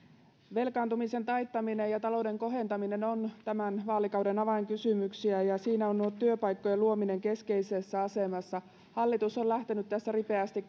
velkaantumisen taittaminen ja talouden kohentaminen ovat tämän vaalikauden avainkysymyksiä ja siinä on tuo työpaikkojen luominen keskeisessä asemassa hallitus on lähtenyt tässä ripeästi